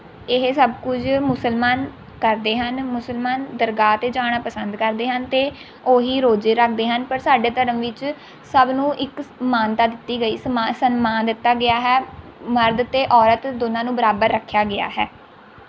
ਇਹ ਸਭ ਕੁਝ ਮੁਸਲਮਾਨ ਕਰਦੇ ਹਨ ਮੁਸਲਮਾਨ ਦਰਗਾਹ 'ਤੇ ਜਾਣਾ ਪਸੰਦ ਕਰਦੇ ਹਨ ਅਤੇ ਉਹ ਹੀ ਰੋਜ਼ੇ ਰੱਖਦੇ ਹਨ ਪਰ ਸਾਡੇ ਧਰਮ ਵਿੱਚ ਸਭ ਨੂੰ ਇੱਕ ਸਮਾਨਤਾ ਦਿੱਤੀ ਗਈ ਸਮਾ ਸਨਮਾਨ ਦਿੱਤਾ ਗਿਆ ਹੈ ਮਰਦ ਅਤੇ ਔਰਤ ਦੋਨਾਂ ਨੂੰ ਬਰਾਬਰ ਰੱਖਿਆ ਗਿਆ ਹੈ